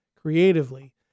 creatively